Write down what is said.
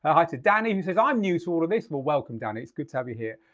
ah hi to danny who says, i'm new to all of this. well, welcome danny, it's good to have you here.